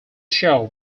show